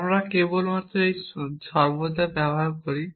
আমরা এটি সর্বদা ব্যবহার করি